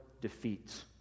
defeats